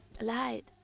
lied